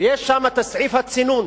ויש שם את סעיף הצינון,